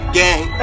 gang